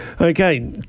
Okay